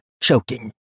choking